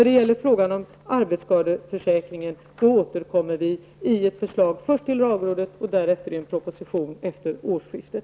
Beträffande frågan om arbetsskadeförsäkringen återkommer vi i ett förslag, först till lagrådet och sedan i en proposition efter årsskiftet.